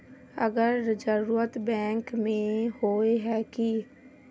अगर जरूरत बैंक में होय है की?